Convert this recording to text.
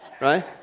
right